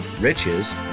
riches